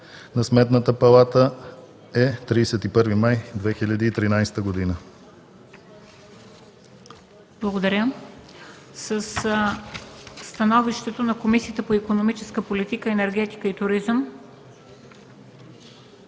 на Сметната палата е 31 май 2013 г.”